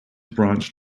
branch